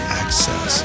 access